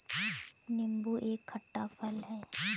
नीबू एक खट्टा फल है